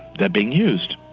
they're being used.